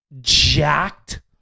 jacked